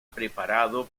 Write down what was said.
preparado